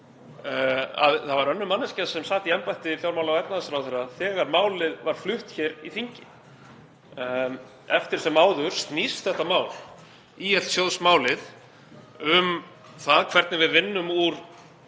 það var önnur manneskja sem sat í embætti fjármála- og efnahagsráðherra þegar málið var flutt hér í þinginu. En eftir sem áður snýst þetta mál, ÍL-sjóðsmálið, um það hvernig við vinnum úr